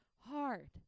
hard